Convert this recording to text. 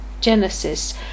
Genesis